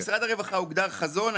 למשרד הרווחה הוגדר חזון,